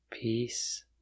Peace